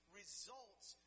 results